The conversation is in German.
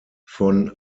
von